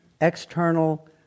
external